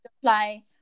apply